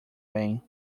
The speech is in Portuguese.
bem